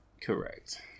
Correct